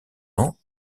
ans